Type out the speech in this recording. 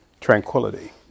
tranquility